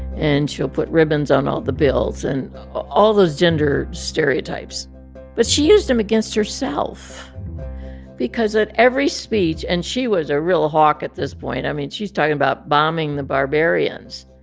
and she'll put ribbons on all the bills and all those gender stereotypes but she used them against herself because at every speech and she was a real hawk at this point. i mean, she's talking about bombing the barbarians,